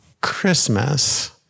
Christmas